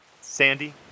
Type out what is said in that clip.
Sandy